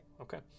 Okay